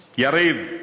יריב,